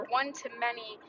one-to-many